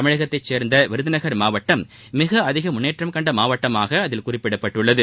தமிழ்நாட்டைச்சேர்ந்த விருதுநகர் மாவட்டம் மிக அதிக முன்னேற்றம் கண்ட மாவட்டமாக அதில் குறிப்பிடப்பட்டுள்ளது